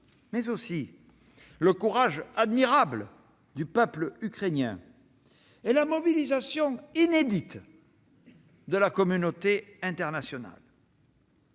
mais aussi le courage admirable du peuple ukrainien et la mobilisation inédite de la communauté internationale.